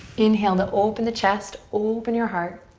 inhale to open the chest, open your heart.